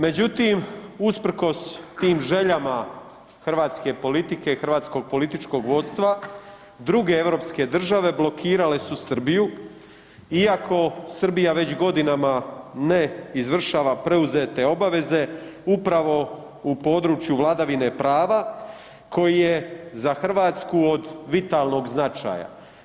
Međutim, usprkos tim željama hrvatske politike i hrvatskog političkog vodstva, druge europske države blokirale su Srbiju iako Srbija već godinama ne izvršava preuzete obaveze upravo u području vladavine prava koji je za Hrvatsku od vitalnog značaja.